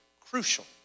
crucial